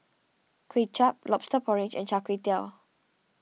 Kuay Chap Lobster Porridge and Char Kway Teow